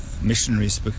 missionaries